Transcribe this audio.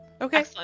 Okay